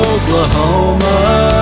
Oklahoma